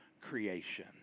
creation